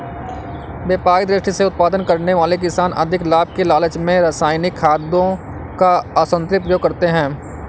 व्यापारिक दृष्टि से उत्पादन करने वाले किसान अधिक लाभ के लालच में रसायनिक खादों का असन्तुलित प्रयोग करते हैं